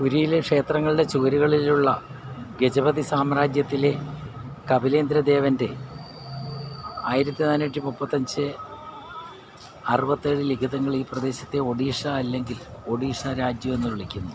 പുരിയിലെ ക്ഷേത്രങ്ങളുടെ ചുവരുകളിലുള്ള ഗജപതിസാമ്രാജ്യത്തിലെ കപിലേന്ദ്രദേവന്റെ ആയിരത്തി നാനൂറ്റി മുപ്പത്തിയഞ്ച് അറുപത്തിയേഴ് ലിഖിതങ്ങൾ ഈ പ്രദേശത്തെ ഒഡീഷ അല്ലെങ്കിൽ ഒഡീഷാ രാജ്യമെന്ന് വിളിക്കുന്നു